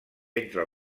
entre